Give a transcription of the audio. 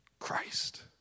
Christ